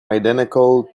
identical